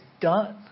done